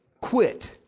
quit